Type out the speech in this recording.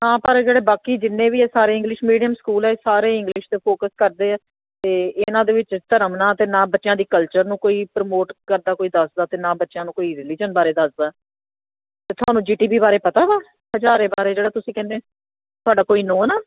ਹਾਂ ਪਰ ਜਿਹੜੇ ਬਾਕੀ ਜਿੰਨੇ ਵੀ ਆ ਸਾਰੇ ਇੰਗਲਿਸ਼ ਮੀਡੀਅਮ ਸਕੂਲ ਸਾਰੇ ਇੰਗਲਿਸ਼ 'ਤੇ ਫੋਕਸ ਕਰਦੇ ਆ ਅਤੇ ਇਹਨਾਂ ਦੇ ਵਿੱਚ ਧਰਮ ਨਾ ਤਾਂ ਨਾ ਬੱਚਿਆਂ ਦੀ ਕਲਚਰ ਨੂੰ ਕੋਈ ਪ੍ਰਮੋਟ ਕਰਦਾ ਕੋਈ ਦੱਸਦਾ ਅਤੇ ਨਾ ਬੱਚਿਆਂ ਨੂੰ ਕੋਈ ਰਿਲੀਜਨ ਬਾਰੇ ਦੱਸਦਾ ਅਤੇ ਤੁਹਾਨੂੰ ਜੀ ਟੀ ਵੀ ਬਾਰੇ ਪਤਾ ਵਾ ਹਜ਼ਾਰੇ ਬਾਰੇ ਜਿਹੜਾ ਤੁਸੀਂ ਕਹਿੰਦੇ ਤੁਹਾਡਾ ਕੋਈ ਨੋਨ ਆ